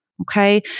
Okay